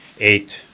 eight